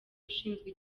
ushinzwe